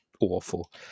awful